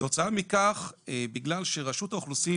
תוצאה מכך בגלל שרשות האוכלוסין,